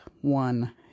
one